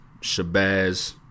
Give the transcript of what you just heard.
Shabazz